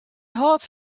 hâldt